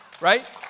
Right